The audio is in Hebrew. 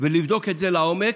ולבדוק את זה לעומק,